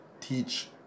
teach